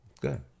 Good